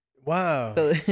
wow